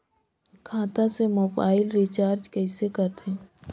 खाता से mobile recharge कइसे करथे